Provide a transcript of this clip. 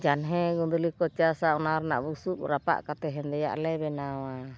ᱡᱟᱱᱦᱮ ᱜᱩᱸᱫᱩᱞᱤ ᱠᱚ ᱪᱟᱥᱟ ᱚᱱᱟ ᱨᱮᱱᱟᱜ ᱵᱩᱥᱩᱵ ᱨᱟᱯᱟᱜ ᱠᱟᱛᱮ ᱦᱮᱸᱫᱮᱭᱟᱜ ᱞᱮ ᱵᱮᱱᱟᱣᱟ